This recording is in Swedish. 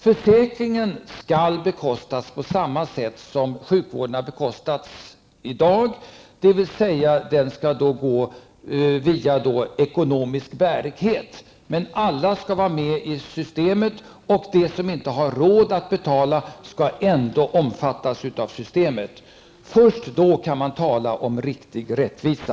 Försäkringen skall bekostas på samma sätt som sjukvården bekostas i dag, dvs. den skall ha ekonomisk bärighet, men alla skall vara med i systemet. De som inte har råd att betala skall ändå omfattas av systemet. Först då kan man tala om riktig rättvisa.